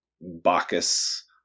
Bacchus